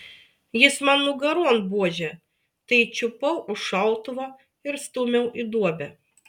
jis man nugaron buože tai čiupau už šautuvo ir stūmiau į duobę